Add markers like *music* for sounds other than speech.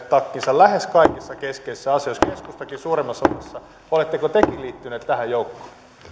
*unintelligible* takkinsa lähes kaikissa keskeisissä asioissa keskustakin suurimmassa osassa oletteko tekin liittyneet tähän joukkoon